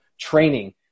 training